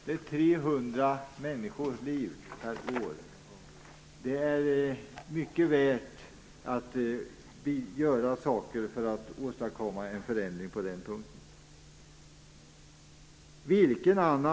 Det är 300 människoliv per år. Det är mycket värt att göra saker för att åstadkomma en förändring på den punkten.